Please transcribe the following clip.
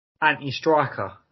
anti-striker